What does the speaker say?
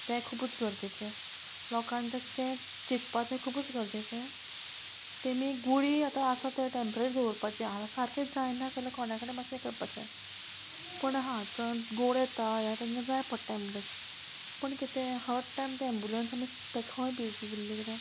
तें खुबूच गरजेचें लोकांक तें तें चिंतपाचें खुबूच गरजेचें तेमी गुळी आतां आसा ते टेंपरेट दवरपाचें आसा सारकेंच जायना जाल्यार कोणा कडेन मातशें करपाचें पूण हा तण गोड येता ह्या तेंगे जाय पडटा एम्बुलंस पूण कितें हर टायम ते एम्बुलंस मातशें खंय बेजी उरले किदें